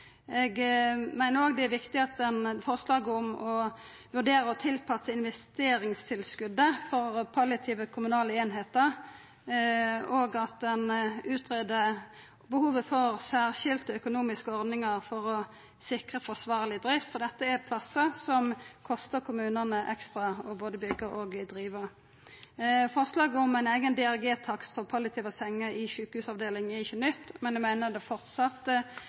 Eg meiner òg det er viktig å vurdera å tilpassa investeringstilskotet for palliative kommunale einingar, og at ein greier ut behovet for særskilde økonomiske ordningar for å sikra forsvarleg drift, for dette er plassar som kostar kommunane ekstra både å byggja og å driva. Forslaget om ein eigen DRG-takst for palliative senger i sjukehusavdelingar er ikkje noko nytt, men eg meiner det